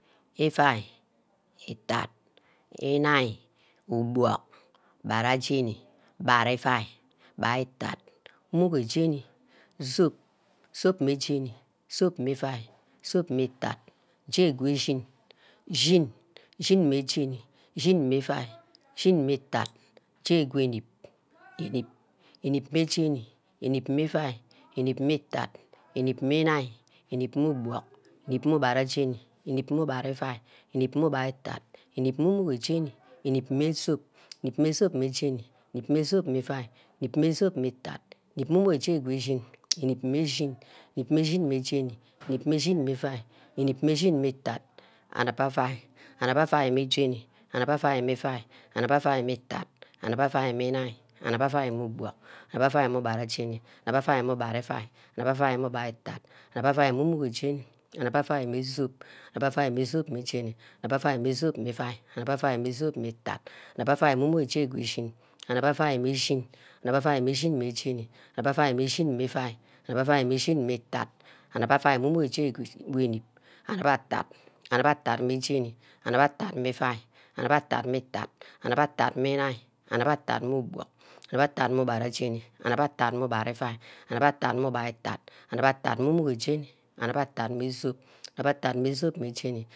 Iuai, itat, inine, ubug, ubara ýeni, ubara iuai ubara itat, umugor jeni, zup, zup mmeh jeni, zup mmeh iuai, zup mmeh itat, jegushin, shin, shin meh jeni, shin mmeh iuai, shin mmeh itat, jegu-nip, inip- inip meh jeni, inip meh iuai, inip meh itat, inip meh inine, inip meh ubug, inip meh ubara jeni, inip meh ubara iuai, inip meh ubara irat, inip meh umugor jeni, inip meh zup, inip mmeh zup meh jeni inip meh zup meh iuai, inip mmeh zup meh itat, inip meh umugor jeni ge jin, inip meh jin meh jeni, inip meh jin meh iuai, inip meh jin meh itat, anip auai, anip auai mmeh jeni, anip auai mmeh itat, anip auai meh inine, anip meh ubuck, anip auai mme ubara jeni, anip auai mmeh ubara iuai, anip auai mmeh ubara itat, anip auai mmeh umugo jeni, anip auai mmeh zup, anip auai mmeh zup mmeh jeni, anip auai mmeh zup mi iuai, anip auai mmeh zup meh itat, anip auai mmeh umogo zup mmeh jeni, anip auai mmeh shin, anip auai mmeh shin mmeh jeni, anip auai mmeh shin meh iuai, anip auai mmeh shin mmeh itat, anip auai mmeh umugor jeni, anip attat mmeh iuai, anip attat mmeh jeni, anip attat mmeh iuai, anip attat mmeh itat, anip attat meh inine, anip attat mmeh ubuck, anip attat mmeh ubara jeni, anip attat mmeh ubara iuai, anip attat mmeh ubara itat, anip attat mmeh umugor jeni, anip attat meh zup, anip atrar mmeh zup meh jeni.